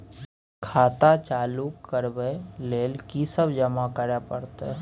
खाता चालू करबै लेल की सब जमा करै परतै?